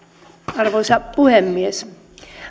arvoisa puhemies